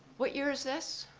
what year is this?